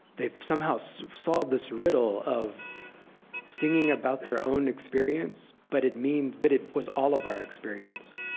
they've somehow so solved this riddle of singing about their own experience, but it means but it was all of our experience.